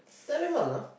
terrible you know